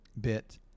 bit